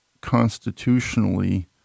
constitutionally